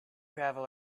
gravel